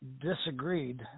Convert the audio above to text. disagreed